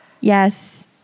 Yes